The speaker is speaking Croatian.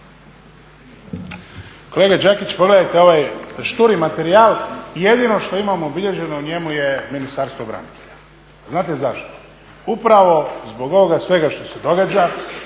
Kolega Đakić, pogledajte ovaj šturi materijal. Jedino što imamo obilježeno u njemu je Ministarstvo branitelja. Znate zašto? Upravo zbog ovoga svega što se događa,